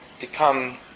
become